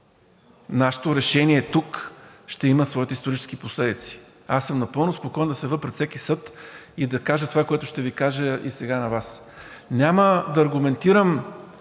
нашето решение тук ще има своите исторически последици. Аз съм напълно спокоен да се явя пред всеки съд и да кажа това, което ще Ви кажа и сега на Вас. Няма да аргументирам